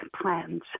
plans